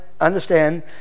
understand